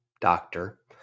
doctor